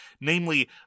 Namely